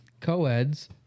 co-eds